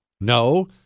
No